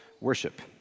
worship